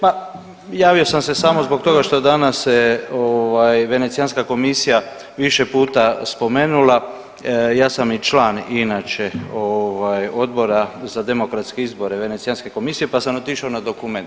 Ma, javio sam se samo zbog toga što danas se ovaj Venecijanska komisija više puta spomenula, ja sam i član inače ovaj, Odbora za demokratske izbore Venecijanske komisije pa sam otišao na dokument.